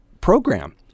program